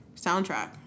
soundtrack